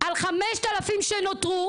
על 5000 שנותר,